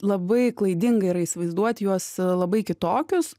labai klaidinga yra įsivaizduoti juos labai kitokius